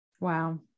Wow